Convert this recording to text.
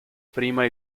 prima